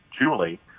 Julie